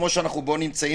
כמו שאנחנו נמצאים,